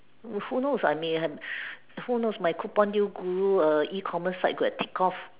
who knows I may have who knows my coupon due guru err ecommerce site could have take off